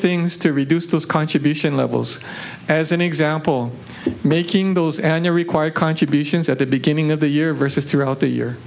things to reduce those contribution levels as an example making those and they're required contributions at the beginning of the year versus throughout the year